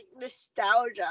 nostalgia